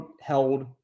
held